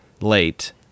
late